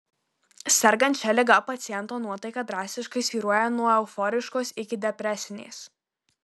sergant šia liga paciento nuotaika drastiškai svyruoja nuo euforiškos iki depresinės